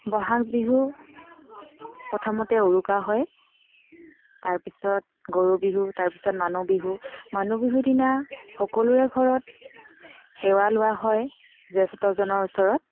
বহাগ বিহু প্ৰথমতে উৰুকা হয় তাৰপিছত গৰু বিহু তাৰপিছত মানুহ বিহু মানুহ বিহু দিনা সকলোৰে ঘৰত সেৱা লোৱা হয় জ্যেষ্ঠজনৰ ওচৰত